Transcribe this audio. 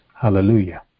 Hallelujah